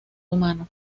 humano